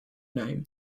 name